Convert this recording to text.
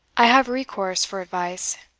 i have recourse for advice,